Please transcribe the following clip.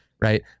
right